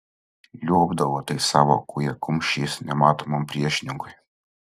liuobdavo tais savo kūjakumščiais nematomam priešininkui